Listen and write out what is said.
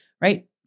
Right